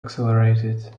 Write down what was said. accelerated